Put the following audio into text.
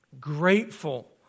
Grateful